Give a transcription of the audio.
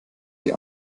die